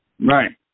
Right